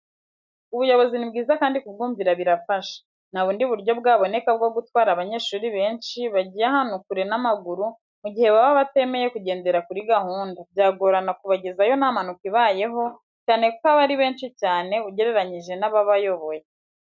Ubuyobozi ni bwiza kandi kubwumvira birafasha; nta bundi buryo bwaboneka bwo gutwara abanyeshuri benshi, bagiye ahantu kure n'amaguru, mu gihe baba batemeye kugendera kuri gahunda, byagorana kubagezayo nta mpanuka ibayeho, cyane ko aba ari benshi cyane, ugereranyije n'ababayoboye.